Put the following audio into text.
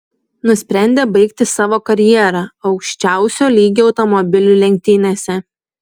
nusprendė baigti savo karjerą aukščiausio lygio automobilių lenktynėse